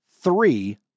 three